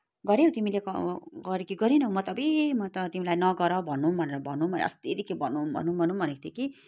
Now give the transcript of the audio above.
गऱ्यौ तिमीले गऱ्यौ कि गरेनौ म त अब्बुई म त तिमीलाई नगर भनौँ भनेर भनौँ अस्तिदेखि भनौँ भनौँ भनौँ भनेको थिएँ कि